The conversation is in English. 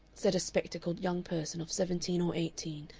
said a spectacled young person of seventeen or eighteen,